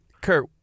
Kurt